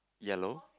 yellow